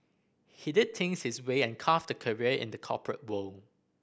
he did things his way and carved a career in the corporate world